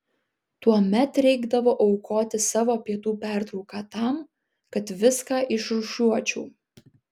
tuomet reikdavo aukoti savo pietų pertrauką tam kad viską išrūšiuočiau